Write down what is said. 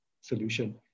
solution